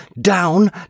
down